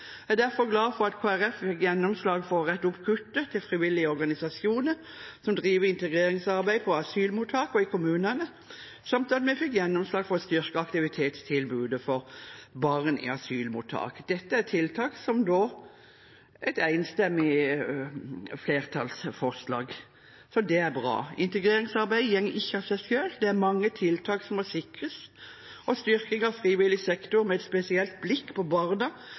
Jeg er derfor glad for at Kristelig Folkeparti fikk gjennomslag for å rette opp kuttet til frivillige organisasjoner som driver integreringsarbeid på asylmottak og i kommunene, samt at vi fikk gjennomslag for å styrke aktivitetstilbudet for barn i asylmottak. Dette er tiltak som fremmes av et flertall, og det er bra. Integreringsarbeid går ikke av seg selv. Det er mange tiltak som må sikres, og styrking av frivillig sektor med et spesielt blikk på barna